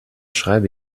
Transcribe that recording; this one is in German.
schreibe